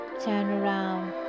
turnaround